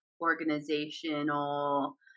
organizational